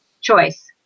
choice